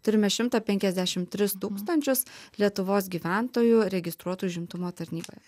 turime šimtą penkiasdešim tris tūkstančius lietuvos gyventojų registruotų užimtumo tarnyboje